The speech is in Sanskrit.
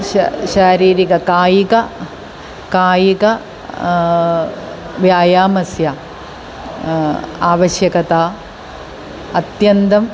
श शारीरिक कायिक कायिक व्यायामस्य आवश्यकता अत्यन्तम्